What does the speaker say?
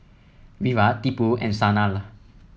Virat Tipu and Sanal